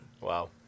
Wow